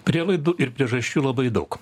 prielaidų ir priežasčių labai daug